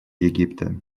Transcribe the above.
египта